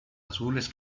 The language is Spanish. azules